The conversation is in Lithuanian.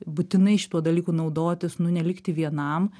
būtinai šituo dalyku naudotis nu nelikti vienam